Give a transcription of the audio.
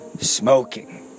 smoking